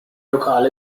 lokal